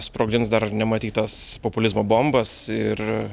sprogdins dar nematytas populizmo bombas ir